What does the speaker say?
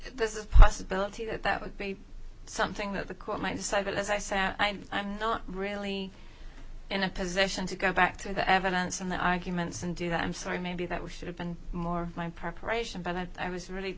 there's a possibility that that would be something that the court might decide but as i sat and i'm not really in a position to go back to the evidence and the arguments and do that i'm sorry maybe that we should've been more my preparation but i was really